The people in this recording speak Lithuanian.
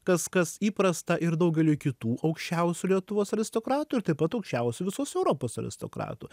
kas kas įprasta ir daugeliui kitų aukščiausių lietuvos aristokratų ir taip pat aukščiausių visos europos aristokratų